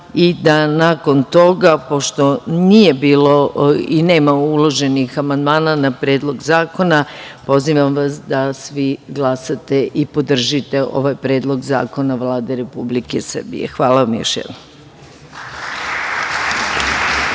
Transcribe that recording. i da nakon toga pošto nije bilo i nema uloženih amandmana na Predlog zakona pozivam vas da svi glasate i podržite ovaj Predlog zakona Vlade Republike Srbije. Hvala vam još jednom.